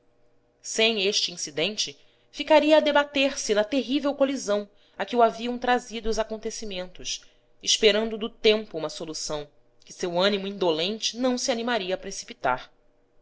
sem este incidente ficaria a debater-se na terrível colisão a que o haviam trazido os acontecimentos esperando do tempo uma solução que seu ânimo indolente não se animaria